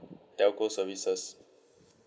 telco services